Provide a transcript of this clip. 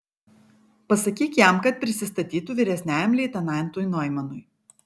pasakyk jam kad prisistatytų vyresniajam leitenantui noimanui